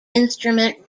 instrument